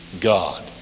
God